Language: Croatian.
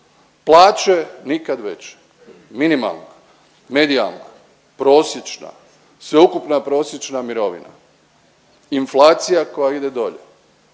plaće nikad veće, minimalna, medijalna, prosječna, sveukupna prosječna mirovina, inflacija koja ide dolje,